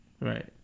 Right